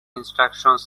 instructions